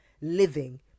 living